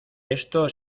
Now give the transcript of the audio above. esto